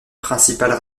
principales